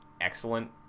excellent